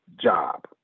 job